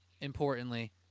importantly